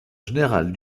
générale